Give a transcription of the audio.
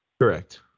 Correct